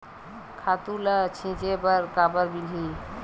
खातु ल छिंचे बर काबर मिलही?